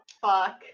fuck